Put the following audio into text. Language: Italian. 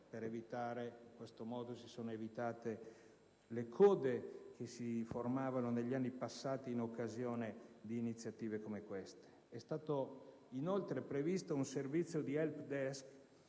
dell'interno. In questo modo si sono evitate le code che si sono verificate negli anni passati in occasione di iniziative come questa. E' stato inoltre previsto un servizio di *help desk*